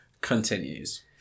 continues